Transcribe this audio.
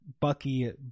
Bucky